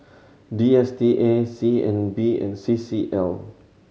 D S T A C N B and C C L